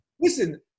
listen